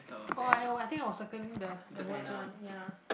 orh I uh I think I was circling the the words one ya